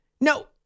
no